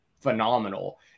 phenomenal